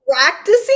practicing